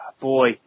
boy